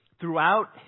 Throughout